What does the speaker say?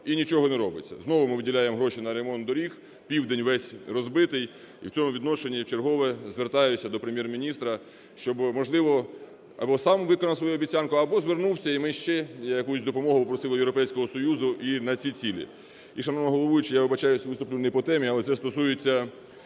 І нічого не робиться. Знову ми виділяємо гроші на ремонт доріг. Південь весь "розбитий". І в цьому відношенні я вчергове звертаюся до Прем'єр-міністра, щоб, можливо, або сам виконав свою обіцянку, або звернувся і ми ще якусь допомогу попросили у Європейського Союзу на ці цілі. І шановна головуюча, я вибачаюсь, виступлю не по темі, але це стосується